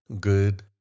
Good